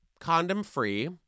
Condom-free